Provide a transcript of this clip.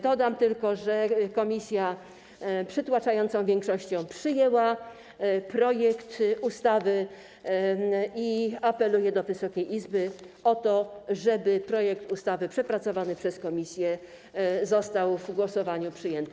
Dodam tylko, że komisja przytłaczającą większością przyjęła projekt ustawy i apeluje do Wysokiej Izby o to, żeby projekt ustawy przepracowany przez komisję został w głosowaniu przyjęty.